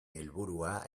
helburua